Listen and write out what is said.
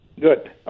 Good